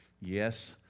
Yes